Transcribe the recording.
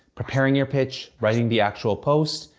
preparing your pitch, writing the actual post,